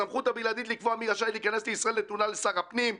ועוד - הסמכות הבלעדית לקבוע מי רשאי להיכנס לישראל נתונה לשר הפנים,